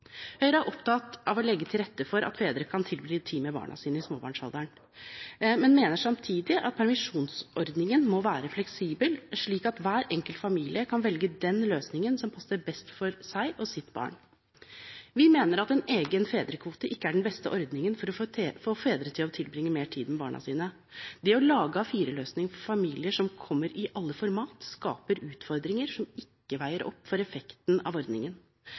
Høyre er opptatt av å legge til rette for at fedre kan tilbringe tid med barna sine i småbarnsalderen, men mener samtidig at permisjonsordningen må være fleksibel slik at hver enkelt familie kan velge den løsningen som passer best for seg og sitt barn. Vi mener at en egen fedrekvote ikke er den beste ordningen for å få fedre til å tilbringe mer tid med barna sine. Det å lage A4-løsninger for familier, som kommer i alle format, skaper utfordringer som ikke veier opp for effekten av ordningen.